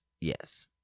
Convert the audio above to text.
Yes